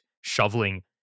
shoveling